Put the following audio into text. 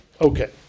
Okay